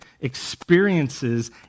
experiences